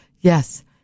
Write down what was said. Yes